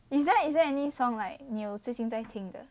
is there is there any song like 你最近在听的